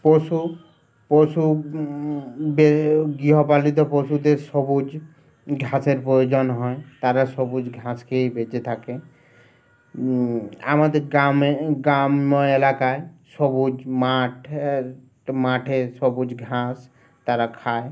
পশু পশু ব গৃহপালিত পশুদের সবুজ ঘাসের প্রয়োজন হয় তারা সবুজ ঘাস খেয়েই বেঁচে থাকে আমাদের গ্রামে গ্রাম্য এলাকায় সবুজ মাঠ মাঠে সবুজ ঘাস তারা খায়